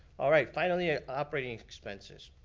all right, finally, ah operating expenses.